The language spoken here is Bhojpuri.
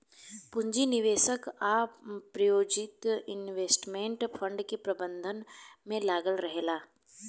पूंजी निवेश आ प्रायोजित इन्वेस्टमेंट फंड के प्रबंधन में लागल रहेला